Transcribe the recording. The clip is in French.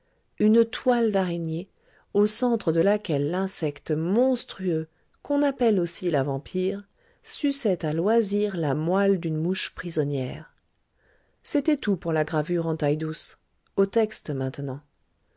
une toile d'araignée au centre de laquelle l'insecte monstrueux qu'on appelle aussi la vampire suçait à loisir la moelle d'une mouche prisonnière c'était tout pour la gravure en taille-douce au texte maintenant